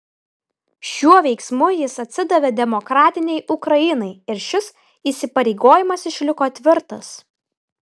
šiuo veiksmu jis atsidavė demokratinei ukrainai ir šis įsipareigojimas išliko tvirtas